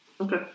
Okay